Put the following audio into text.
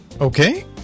Okay